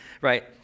right